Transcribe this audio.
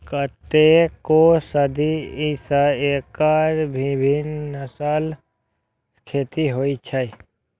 कतेको सदी सं एकर विभिन्न नस्लक खेती होइ छै